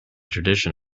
tradition